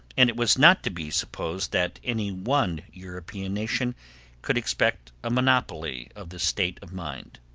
and it was not to be supposed that any one european nation could expect a monopoly of this state of mind.